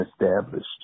established